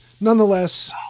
nonetheless